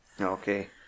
Okay